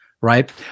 right